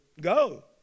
go